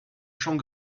champs